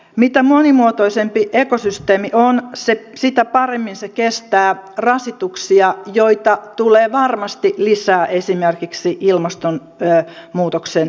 mitä monimuotoisempi ekosysteemi on sitä paremmin se kestää rasituksia joita tulee varmasti lisää esimerkiksi ilmastonmuutoksen myötä